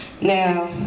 Now